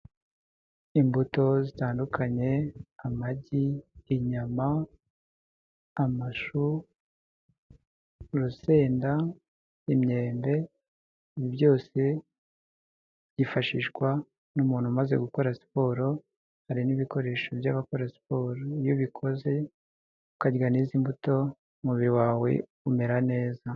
Imbuto zitandukanye amagi, inyama, amashu, urusenda, imyembe, ibi byose byifashishwa n'umuntu umaze gukora siporo hari n'ibikoresho by'abakora siporo, iyo ubikoze ukarya n'izi mbuto umubiri wawe umera neza.